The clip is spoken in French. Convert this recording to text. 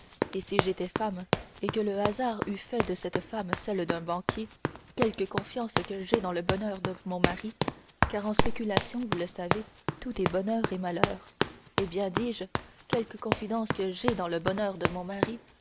et si j'étais femme et que le hasard eût fait de cette femme celle d'un banquier quelque confiance que j'aie dans le bonheur de mon mari car en spéculation vous le savez tout est bonheur et malheur eh bien dis-je quelque confiance que j'aie dans le bonheur de mon mari